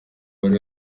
bari